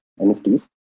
NFTs